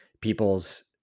people's